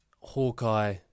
Hawkeye